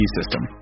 system